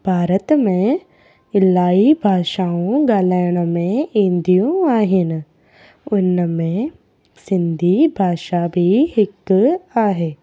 भारत में इलाही भाषाऊं ॻाल्हाइण में ईंदियूं आहिनि उन में सिंधी भाषा बि हिकु आहे